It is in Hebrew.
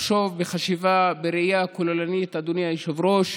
לחשוב בחשיבה ובראייה כוללנית, אדוני היושב-ראש,